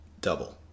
double